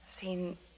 Seen